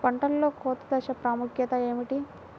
పంటలో కోత దశ ప్రాముఖ్యత ఏమిటి?